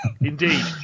Indeed